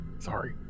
sorry